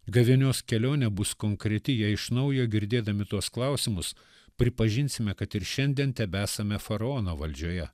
gavėnios kelionė bus konkreti jei iš naujo girdėdami tuos klausimus pripažinsime kad ir šiandien tebesame faraono valdžioje